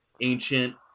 ancient